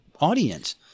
audience